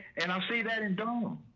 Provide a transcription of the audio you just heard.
and i'll see that and don't